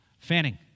Fanning